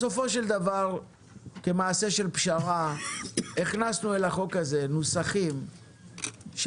בסופו של דבר כמעשה של פשרה הכנסנו אל החוק הזה נוסחים שמחייבים